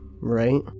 right